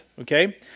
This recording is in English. Okay